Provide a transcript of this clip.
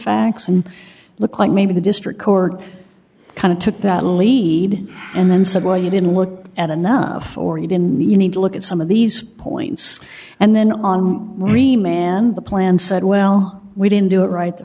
facts and look like maybe the district court kind of took that lead and then said well you didn't look at an up or you didn't you need to look at some of these points and then on we man the plan said well we didn't do it right the